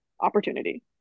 opportunity